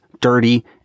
dirty